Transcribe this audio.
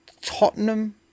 Tottenham